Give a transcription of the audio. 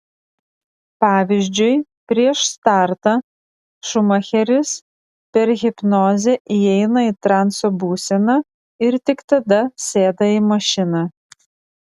pavyzdžiui prieš startą šumacheris per hipnozę įeina į transo būseną ir tik tada sėda į mašiną